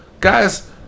guys